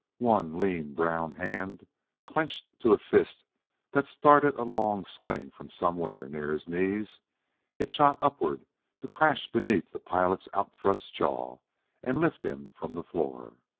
one lean, brown hand clenched to a fist that started a long swing from somewhere near his knees it shot upward to crash beneath the pilot's outthrust jaw and lift him from the floor.